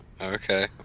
Okay